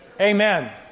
amen